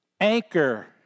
Anchor